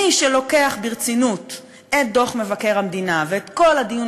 מי שלוקח ברצינות את דוח מבקר המדינה ואת כל הדיון